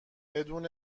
بدون